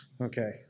Okay